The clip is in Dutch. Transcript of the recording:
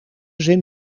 zin